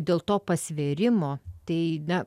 dėl to pasvėrimo tai na